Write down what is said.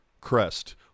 crest